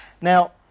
Now